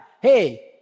Hey